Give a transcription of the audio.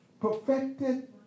perfected